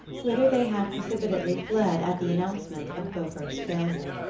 whither they had precipitately fled at the announcement of beaufort's failure.